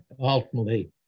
ultimately